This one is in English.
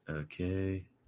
Okay